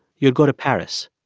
you'd go to paris.